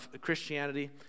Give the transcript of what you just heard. Christianity